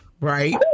right